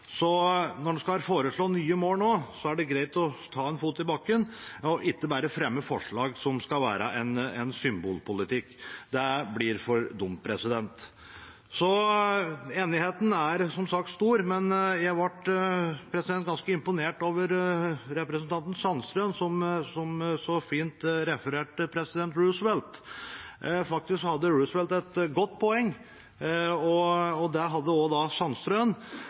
Så når man skal foreslå nye mål nå, er det greit å sette en fot i bakken og ikke bare fremme forslag som er symbolpolitikk – det blir for dumt. Enigheten er som sagt stor, men jeg ble ganske imponert over representanten Sandtrøen, som så fint refererte president Roosevelt. Faktisk hadde Roosevelt et godt poeng, og det hadde også Sandtrøen, det er bare så synd at Sandtrøen og Arbeiderpartiet ikke levde opp til Roosevelts ord da